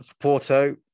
Porto